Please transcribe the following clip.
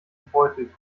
gebeutelt